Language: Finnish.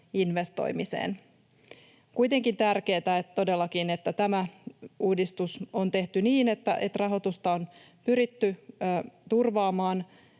investoimiseen. Kuitenkin on todellakin tärkeätä, että tämä uudistus on tehty niin, että rahoitusta on pyritty turvaamaan